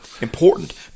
important